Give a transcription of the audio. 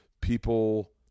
people